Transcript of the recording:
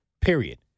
Period